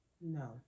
No